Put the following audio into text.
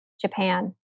japan